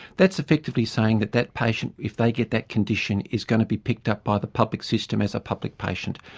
that's effectively saying that that patient, if they get that condition, is going to be picked up by the public system as a public patient.